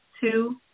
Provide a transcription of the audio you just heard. Two